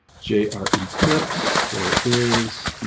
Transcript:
j are eclipse there is?